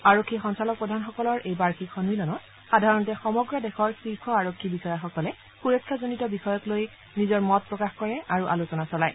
আৰক্ষী সঞ্চালক প্ৰধানসকলৰ এই বাৰ্যিক সন্মিলনত সাধাৰণতে সমগ্ৰ দেশৰ শীৰ্ষ আৰক্ষী বিষয়াসকলে সুৰক্ষাজনিত বিষয়ক লৈ নিজৰ মত প্ৰকাশ কৰে আৰু আলোচনা চলায়